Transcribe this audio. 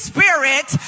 Spirit